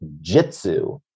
Jitsu